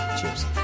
Cheers